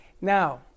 Now